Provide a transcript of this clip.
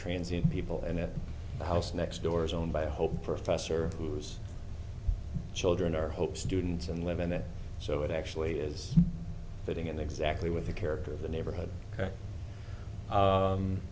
trains in people and the house next door is owned by a home professor whose children are hope students and live in it so it actually is fitting in exactly with the character of the neighborhood